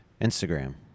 Instagram